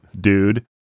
dude